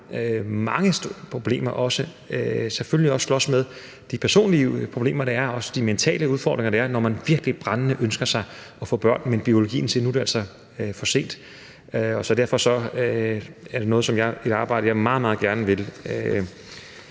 mange problemer at slås med, selvfølgelig også de personlige problemer, der er, og også de mentale udfordringer, der er, når man virkelig brændende ønsker sig at få børn, men biologien siger, at nu er det altså for sent. Så derfor er det et arbejde, som jeg meget, meget gerne vil